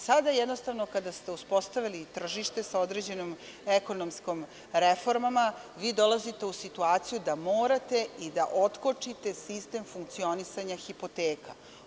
Sada, jednostavno, kada ste uspostavili tržište sa određenim ekonomskim reformama, vi dolazite u situaciju da morate i da otkočite sistem funkcionisanja hipoteka.